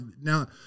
now